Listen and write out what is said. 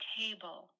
table